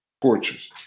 porches